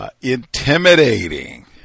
intimidating